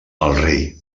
rei